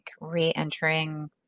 re-entering